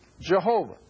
Jehovah